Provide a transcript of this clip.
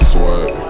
Sweat